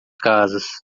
casas